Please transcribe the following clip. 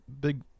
big